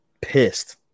Pissed